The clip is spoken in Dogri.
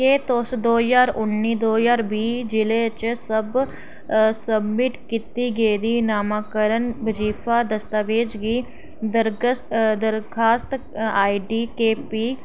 क्या तुस दो ज्हार उन्नी दो ज्हार बीह् जिले च सब सब्मिट कीती गेदी नमाकरण बजीफा दस्तावेज गी दरखस्त दरखास्त आईडी के पी